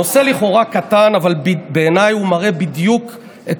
נושא לכאורה קטן אבל בעיניי הוא מראה בדיוק את